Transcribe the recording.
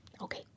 Okay